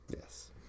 yes